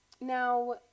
now